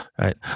right